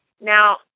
Now